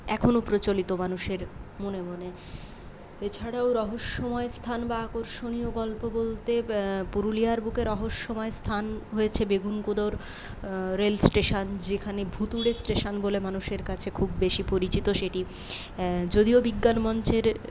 এখনও প্রচলিত মানুষের মনে মনে এছাড়াও রহস্যময় স্থান বা আকর্ষণীয় গল্প বলতে পুরুলিয়ার বুকে রহস্যময় স্থান হয়েছে বেগুনকোদোর রেলস্টেশন যেখানে ভুতুরে স্টেশন বলে মানুষের কাছে খুব বেশি পরিচিত সেটি যদিও বিজ্ঞান মঞ্চের